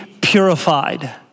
purified